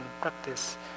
practice